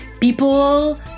people